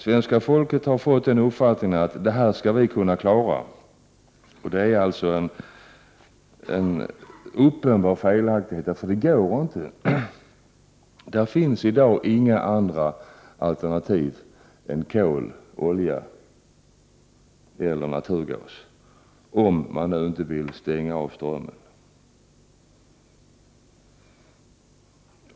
Svenska folket har fått uppfattningen att vi skall kunna klara det här. Det är alltså en uppenbar felaktighet — det går inte; det finns i dag inga andra alternativ än kol, olja och naturgas, om man inte vill stänga av strömmen.